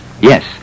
Yes